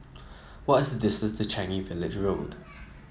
what is the distance to Changi Village Road